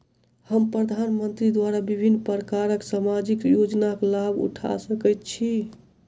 हम प्रधानमंत्री द्वारा विभिन्न प्रकारक सामाजिक योजनाक लाभ उठा सकै छी?